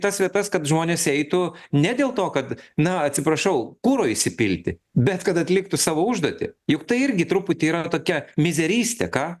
tas vietas kad žmonės eitų ne dėl to kad na atsiprašau kuro įsipilti bet kad atliktų savo užduotį juk tai irgi truputį yra tokia mizerystė ką